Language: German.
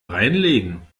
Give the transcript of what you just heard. reinlegen